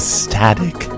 static